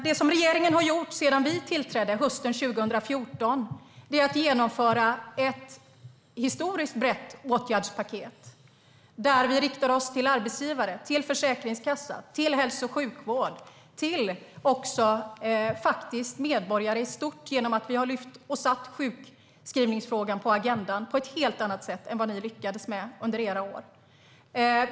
Det regeringen har gjort sedan vi tillträdde hösten 2014 är att genomföra ett historiskt brett åtgärdspaket där vi riktar oss till arbetsgivare, till Försäkringskassan, till hälso och sjukvården och faktiskt även till medborgare i stort genom att lyfta upp och sätta sjukskrivningsfrågan på agendan på ett helt annat sätt än vad ni lyckades med under era år.